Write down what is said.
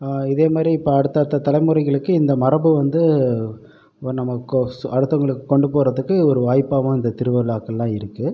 இதே மாதிரி இப்போ அடுத்தடுத்த தலைமுறைகளுக்கு இந்த மரபு வந்து நமக்கு அடுத்தவர்களுக்கு கொண்டு போகிறதுக்கு ஒரு வாய்ப்பாகவும் இந்த திருவிழாக்களெலாம் இருக்கு